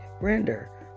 render